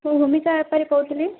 hello ଭୂମିକା ମୁଁ ବେପାରୀ କହୁଥିଲି